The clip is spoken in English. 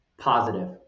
Positive